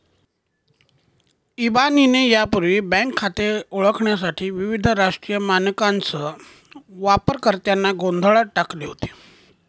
इबानीने यापूर्वी बँक खाते ओळखण्यासाठी विविध राष्ट्रीय मानकांसह वापरकर्त्यांना गोंधळात टाकले होते